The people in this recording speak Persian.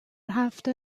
هفته